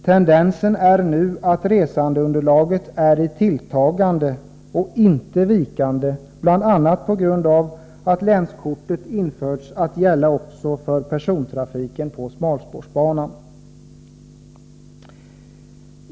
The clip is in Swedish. Tendensen är nu att resandeunderlaget är i tilltagande och inte vikande — bl.a. på grund av att länskortet införts att gälla också för persontrafiken på smalspårsbanan.